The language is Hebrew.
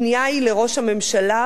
הפנייה היא לראש הממשלה,